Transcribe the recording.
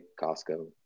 Costco